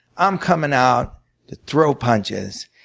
i'm coming out to throw punches,